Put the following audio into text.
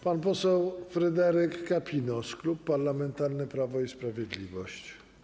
Pan poseł Fryderyk Kapinos, Klub Parlamentarny Prawo i Sprawiedliwość.